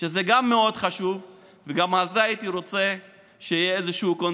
וגם זה מאוד חשוב,